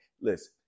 listen